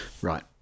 Right